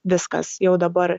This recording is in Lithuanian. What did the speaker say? viskas jau dabar